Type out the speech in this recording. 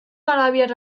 arabiar